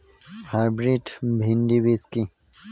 Hybrid ভীন্ডি বীজ কি?